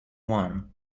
one